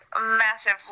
massive